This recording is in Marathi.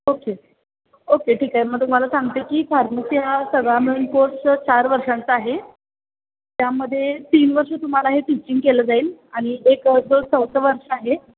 ओके ओके ठीक आहे मग तुम्हाला सांगते की फार्मसी हा सगळा मिळून कोर्स चार वर्षांचा आहे त्यामध्ये तीन वर्ष तुम्हाला हे टीचिंग केलं जाईल आणि एक जो चौथं वर्ष आहे